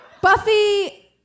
Buffy